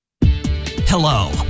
Hello